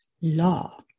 law